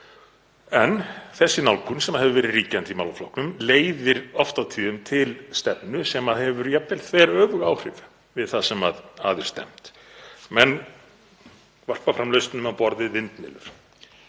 En þessi nálgun sem hefur verið ríkjandi í málaflokkum leiðir oft og tíðum til stefnu sem hefur jafnvel þveröfug áhrif við það sem að er stefnt. Menn varpa fram lausnum á borð við vindmyllur